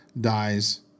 dies